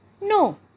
No